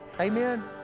Amen